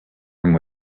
and